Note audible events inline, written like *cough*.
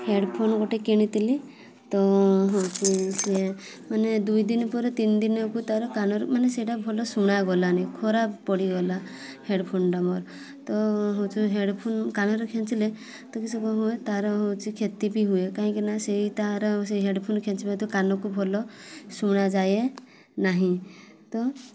headphone ଗୋଟେ କିଣିଥିଲି ତ ସିଏ ମାନେ ଦୁଇ ଦିନ ପରେ ତିନି ଦିନକୁ ତା'ର କାନର ମାନେ ସେଇଟା ଭଲ ଶୁଣାଗଲାନି ଖରାପ ପଡ଼ିଗଲା ହେଡ଼୍ଫୋନ୍ଟା ମୋର ତ ହେଉଛି ହେଡ଼୍ଫୋନ୍ କାନରେ ଖେଞ୍ଚିଲେ *unintelligible* ତା'ର ହେଉଛି କ୍ଷତି ବି ହୁଏ କାହିଁକିନା ସେଇ ତା'ର ସେଇ ହେଡ଼୍ଫୋନ୍ ଖେଞ୍ଚିବା ଦ୍ୱାରା କାନକୁ ଭଲ ଶୁଣାଯାଏ ନାହିଁ ତ